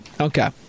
Okay